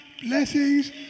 blessings